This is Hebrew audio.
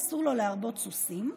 אסור לו להרבות סוסים,